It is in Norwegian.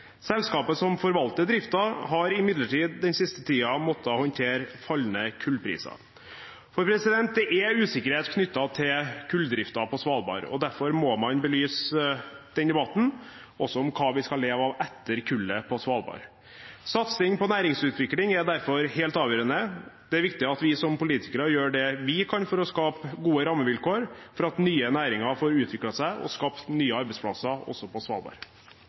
Selskapet som forvalter driften, har imidlertid den siste tiden måttet håndtere fallende kullpriser. Det er usikkerhet knyttet til kulldriften på Svalbard, og derfor må man i denne debatten også belyse hva man skal leve av på Svalbard etter kullet. Satsing på næringsutvikling er derfor helt avgjørende. Det er viktig at vi som politikere gjør det vi kan for å skape gode rammevilkår for at nye næringer får utvikle seg og skape nye arbeidsplasser, også på Svalbard.